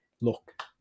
look